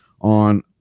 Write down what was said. on